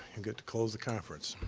and get to close the conference.